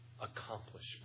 accomplishment